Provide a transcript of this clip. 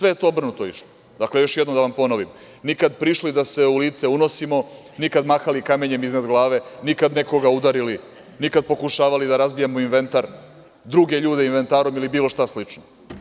Dakle, još jednom da vam ponovim, nikad prišli da se u lice unosimo, nikad mahali kamenjem iznad glave, nikad nekoga udarili, nikad pokušavali da razbijemo inventar, druge ljude inventarom ili bilo šta slično.